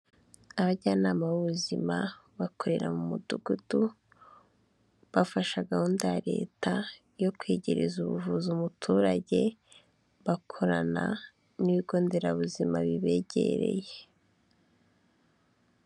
Abajyanama b'ubuzima bakorera mu mudugudu bafasha gahunda ya Leta yo kwegereza ubuvuzi umuturage bakorana n'ibigo nderabuzima bibegereye.